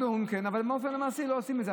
אבל באופן מעשי לא עושים את זה.